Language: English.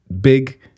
big